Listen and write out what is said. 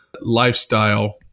lifestyle